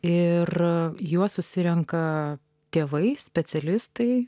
ir juos susirenka tėvai specialistai